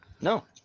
No